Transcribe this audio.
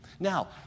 Now